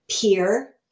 peer